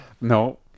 no